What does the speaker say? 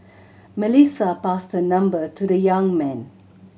Melissa passed her number to the young man